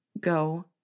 Go